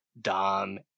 dom